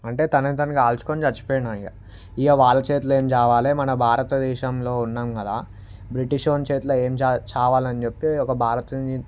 అంటే తనకి తాను కాల్చుకొని చచ్చిపోయిండు ఇక ఇక వాళ్ల చేతుల్లో ఏమ్ జావాలే మన భారత దేశంలో ఉన్నాం కదా బ్రిటిష్ వాని చేతుల్లో ఏమ్ చావాలిలే అని చెప్పి ఒక భారతుని